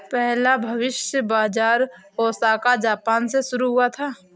पहला भविष्य बाज़ार ओसाका जापान में शुरू हुआ था